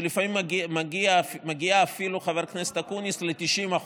שמגיעה אפילו, חבר הכנסת אקוניס, ל-90%.